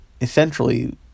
essentially